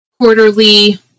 Quarterly